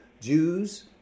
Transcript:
Jews